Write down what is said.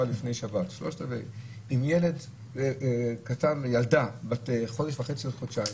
לפני שבת עם ילדה בת חודש וחצי או חודשיים,